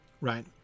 Right